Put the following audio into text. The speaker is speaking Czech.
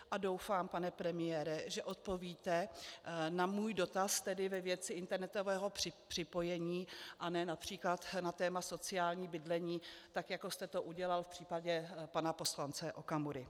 A doufám, pane premiére, že odpovíte na můj dotaz tedy ve věci internetového připojení, a ne například na téma sociální bydlení, jako jste to udělal v případě pana poslance Okamury.